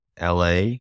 LA